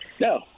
No